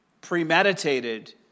premeditated